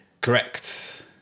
Correct